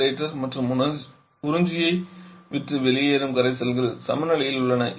generator மற்றும் உறிஞ்சியை விட்டு வெளியேறும் கரைசல்கள் சமநிலையில் உள்ளன